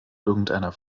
irgendeiner